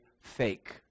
fake